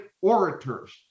orators